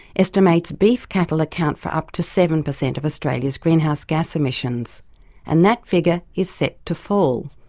estimates beef cattle account for up to seven percent of australia's greenhouse gas emissions and that figure is set to fall.